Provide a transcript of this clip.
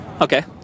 Okay